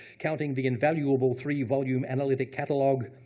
counting the invaluable three-volume analytic catalog,